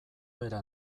bera